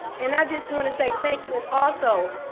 and i just wanna say thank you. and also,